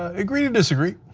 ah agree to disagree.